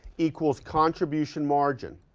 equals contribution margin.